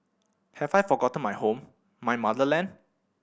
have I forgotten my home my motherland